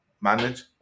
manage